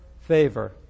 favor